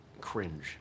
cringe